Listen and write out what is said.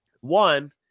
One